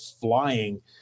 flying